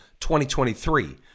2023